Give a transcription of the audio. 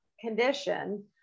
condition